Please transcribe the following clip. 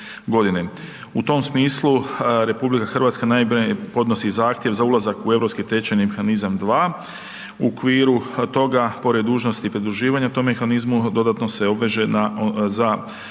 U tom smislu RH naime podnosi zahtjev za ulazak u Europski tečajni mehanizam 2, u okviru toga pored dužnosti pridruživanja tom mehanizmu dodatno se obveže na, za